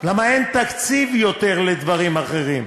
כי אין תקציב עוד לדברים אחרים.